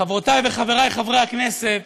חברותי וחברי חברי הכנסת,